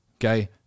okay